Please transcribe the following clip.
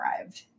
arrived